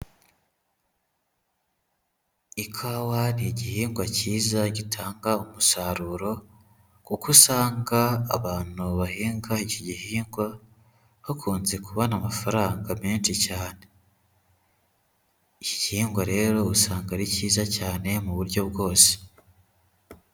Ikawa ni igihingwa cyiza gitanga umusaruro, kuko usanga abantu bahinga iki gihingwa bakunze kubona amafaranga menshi cyane, iki kihingwa rero usanga ari kiza cyane mu buryo bwose.